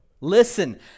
Listen